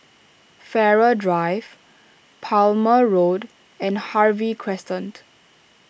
Farrer Drive Palmer Road and Harvey Crescent